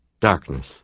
darkness